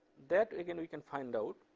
that again, we can find out.